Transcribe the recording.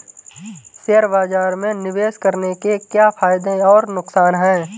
Share बाज़ार में निवेश करने के क्या फायदे और नुकसान हैं?